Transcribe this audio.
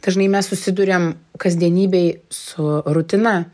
dažnai mes susiduriam kasdienybėj su rutina